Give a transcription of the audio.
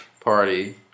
party